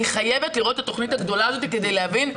אני חייבת לראות את התכנית הגדולה הזאת כדי להבין.